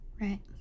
Right